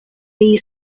lea